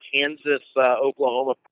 Kansas-Oklahoma